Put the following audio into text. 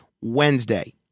Wednesday